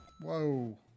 Whoa